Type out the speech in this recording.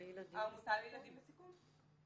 העמותה לילדים בסיכון.